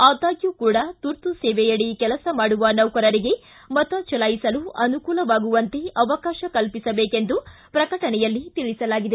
ಆದಾಗ್ಯೂ ಕೂಡ ತುರ್ತು ಸೇವೆಯಡಿ ಕೆಲಸ ಮಾಡುವ ನೌಕರರಿಗೆ ಮತ ಚಲಾಯಿಸಲು ಅನುಕೂಲವಾಗುವಂತೆ ಅವಕಾಶ ಕಲ್ಪಿಸಬೇಕೆಂದು ಪ್ರಕಟಣೆಯಲ್ಲಿ ತಿಳಿಸಲಾಗಿದೆ